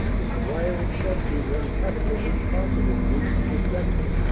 and the wire in front being uncut it was impossible to reach the objective,